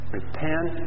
Repent